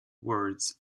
words